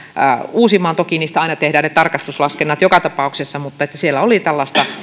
uusimaan toki niistä aina tehdään ne tarkastuslaskennat joka tapauksessa mutta siellä oli tällaista